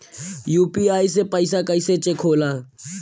UPI से पैसा कैसे चेक होला?